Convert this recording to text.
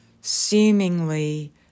seemingly